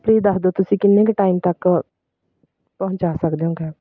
please ਦੱਸ ਦਿਓ ਤੁਸੀਂ ਕਿੰਨੇ ਕੁ ਟਾਈਮ ਤੱਕ ਪਹੁੰਚਾ ਸਕਦੇ ਹੋ ਕੈਬ